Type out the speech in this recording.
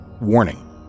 Warning